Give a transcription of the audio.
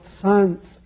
science